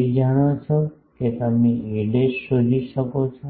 ρh જાણો છો કે તમે a શોધી શકો છો